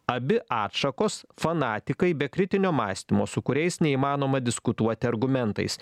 abi atšakos fanatikai be kritinio mąstymo su kuriais neįmanoma diskutuoti argumentais